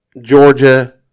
Georgia